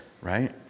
right